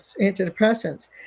antidepressants